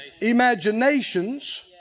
Imaginations